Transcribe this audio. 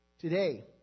Today